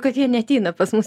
kad jie neateina pas mus